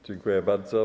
Dziękuję bardzo.